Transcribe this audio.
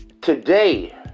today